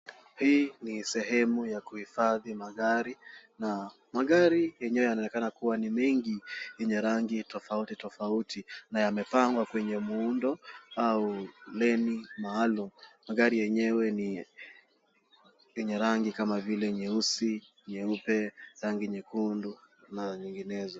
Hii ni sehemu ya kuhifadhi magari, na magari yenyewe yanaonekana kuwa ni mengi yenye rangi tofauti tofauti, na yamepangwa kwenye muundo au leni maalumu. Magari yenyewe ni yenye rangi kama vile nyeusi, nyeupe, rangi nyekundu na nyinginezo.